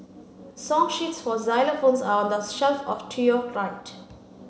song sheets for xylophones are on the shelf of to your right